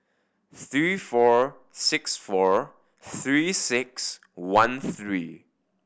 three four six four Three Six One three